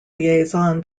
liaison